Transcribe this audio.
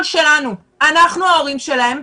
אנחנו ההורים שלהם,